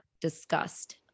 discussed